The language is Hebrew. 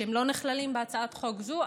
שלא נכללים בהצעת החוק הזאת,